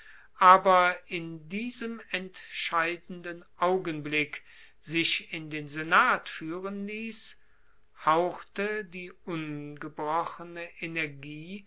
aber in diesem entscheidenden augenblick sich in den senat fuehren liess hauchte die ungebrochene energie